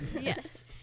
Yes